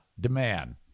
demand